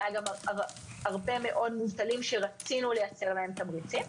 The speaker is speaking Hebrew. היו גם הרבה מאוד מובטלים שרצינו לייצר להם תמריצים.